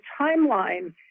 timeline